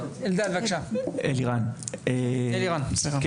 אלירן, בבקשה.